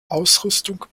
ausrüstung